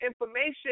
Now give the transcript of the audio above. Information